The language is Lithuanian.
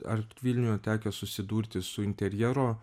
ar vilniuje tekę susidurti su interjero